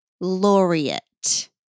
laureate